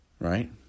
right